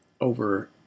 over